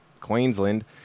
Queensland